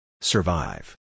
Survive